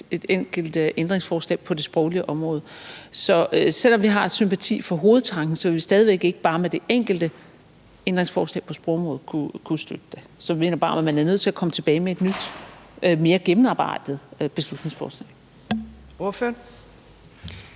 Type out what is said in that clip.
et enkelt ændringsforslag på det sproglige område. Så selv om vi har sympati for hovedtanken, vil vi stadig væk ikke med bare det enkelte ændringsforslag på sprogområdet kunne støtte det. Så jeg mener bare, at man er nødt til at komme tilbage med et nyt, mere gennemarbejdet beslutningsforslag. Kl.